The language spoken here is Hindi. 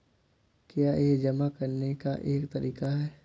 क्या यह जमा करने का एक तरीका है?